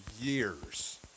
years